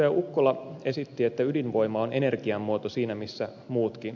ukkola esitti että ydinvoima on energiamuoto siinä missä muutkin